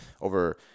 over